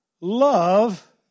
love